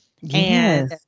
yes